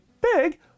big